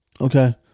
Okay